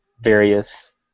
various